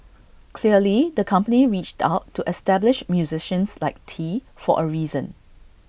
clearly the company reached out to established musicians like tee for A reason